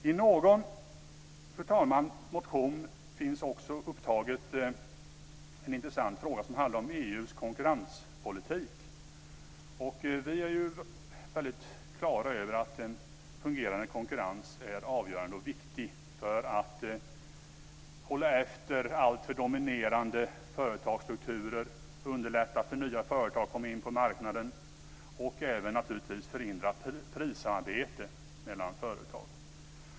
I någon motion, fru talman, finns också upptaget en intressant fråga som handlar om EU:s konkurrenspolitik. Vi är väldigt klara över att en fungerande konkurrens är avgörande och viktig för att hålla efter alltför dominerande företagsstrukturer, för att underlätta för nya företag att komma in på marknaden och även, naturligtvis, för att förhindra prissamarbete mellan företag.